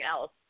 else